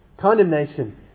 Condemnation